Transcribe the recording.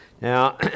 Now